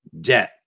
debt